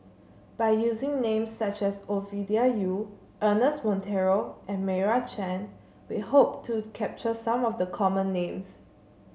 by using names such as Ovidia Yu Ernest Monteiro and Meira Chand we hope to capture some of the common names